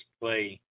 play